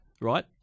right